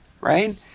Right